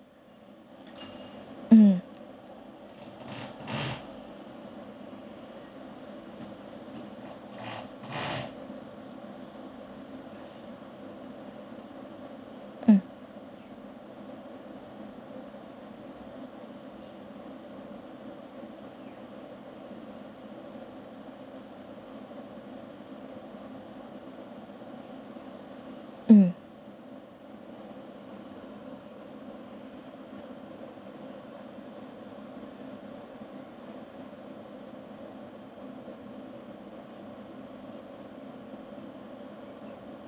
uh uh uh